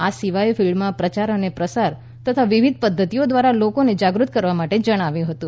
આ સિવાય ફિલ્ડમાં પ્રચાર પ્રસાર તથા વિવિધ પદ્ધતિઓ દ્વારા લોકોને જાગૃત કરવા માટે જણાવ્યું હતું